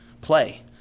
play